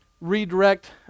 redirect